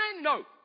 No